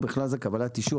ובכלל זה קבלת אישור,